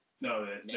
No